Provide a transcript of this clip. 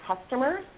customers